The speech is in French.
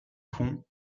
fond